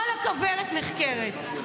כל הכוורת נחקרת,